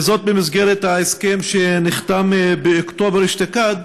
וזאת במסגרת ההסכם שנחתם באוקטובר אשתקד